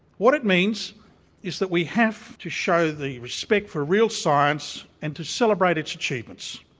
what it means is that we have to show the respect for real science and to celebrate its achievements.